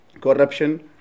corruption